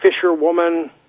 fisherwoman